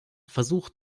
versucht